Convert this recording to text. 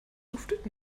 duftet